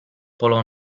polo